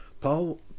Paul